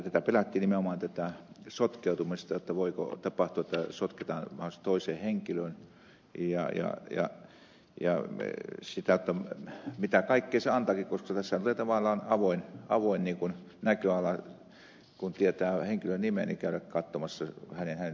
tässä pelättiin nimenomaan sotkeutumista voiko tapahtua että sotketaan mahdollisesti toiseen henkilöön ja mitä kaikkea se antaakin koska tässä tavallaan on avoin näköala kun tietää henkilön nimen käydä katsomassa hänen kaikki tietonsa